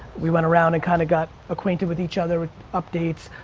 we went around and kinda got acquainted with each other, with updates.